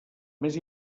més